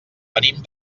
venim